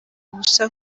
ubusa